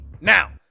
Now